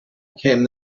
came